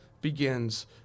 begins